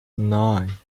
nine